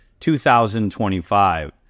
2025